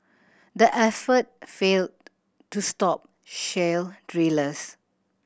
the effort failed to stop shale drillers